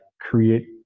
create